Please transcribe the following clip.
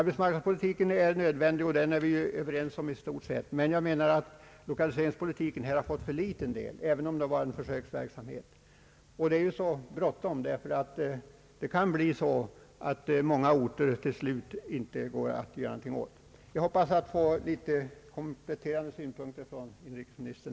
Denna är självfallet nödvändig, och den är vi i stort sett överens om, men jag anser att lokaliseringspolitiken har fått för liten del, även om det varit en försöksverksamhet. Det är bråttom därför att det kan bli på det sättet att vi till slut kanske inte kan göra någonting åt många orter. Jag hoppas få kompletterande synpunkter från inrikesministern.